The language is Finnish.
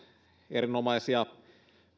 erinomaisia